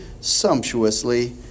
sumptuously